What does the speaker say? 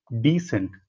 decent